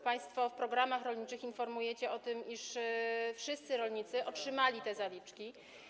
Państwo w programach rolniczych informujecie o tym, iż wszyscy rolnicy otrzymali te zaliczki.